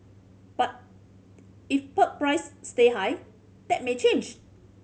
but if pulp price stay high that may change